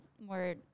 more